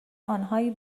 آنهایی